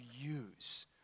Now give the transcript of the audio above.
use